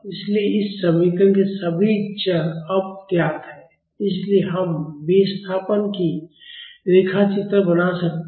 इसलिए इस समीकरण के सभी चर अब ज्ञात हैं इसलिए हम विस्थापन की रेखा चित्र बना सकते हैं